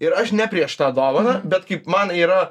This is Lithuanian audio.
ir aš ne prieš tą dovaną bet kaip man yra